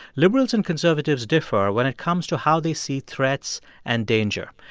liberals and conservatives differ when it comes to how they see threats and danger.